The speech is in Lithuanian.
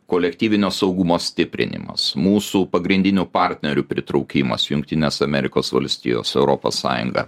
kolektyvinio saugumo stiprinimas mūsų pagrindinių partnerių pritraukimas jungtinės amerikos valstijos europos sąjunga